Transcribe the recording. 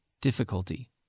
difficulty